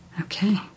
okay